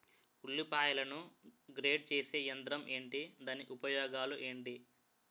ఉల్లిపాయలను గ్రేడ్ చేసే యంత్రం ఏంటి? దాని ఉపయోగాలు ఏంటి?